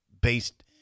based